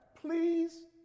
Please